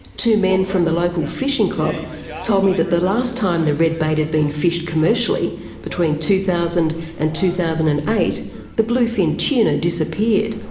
two men from the local fishing club told me that the last time the redbait had been fished commercially between two thousand and two thousand and eight the bluefin tuna disappeared.